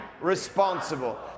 responsible